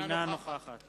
אינה נוכחת